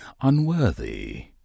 unworthy